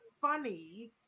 funny